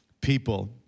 people